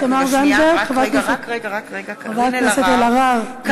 (קוראת בשמות חברי הכנסת) קארין אלהרר,